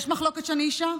יש מחלוקת שאני אישה?